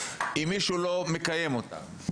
אם מישהו לא מקיים אותן.